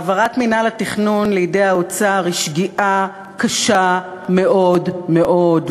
העברת מינהל התכנון לידי האוצר היא שגיאה קשה מאוד מאוד.